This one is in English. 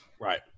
Right